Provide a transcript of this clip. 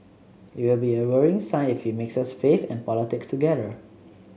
it will be a worrying sign if he mixes faith and politics together